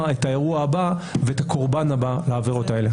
את האירוע הבא ואת הקורבן הבא לעבירות האלה.